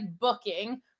booking